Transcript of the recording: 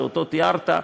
שאותו תיארת,